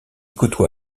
côtoie